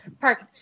park